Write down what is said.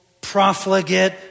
profligate